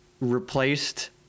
replaced